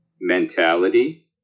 mentality